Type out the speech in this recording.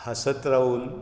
हांसत रावून